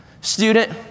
Student